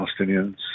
Palestinians